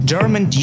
German